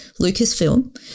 Lucasfilm